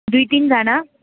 दुई तिनजना